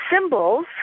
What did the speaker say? symbols